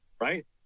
right